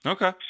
Okay